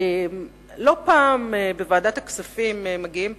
לא פעם, לוועדת הכספים מגיעים פקידים,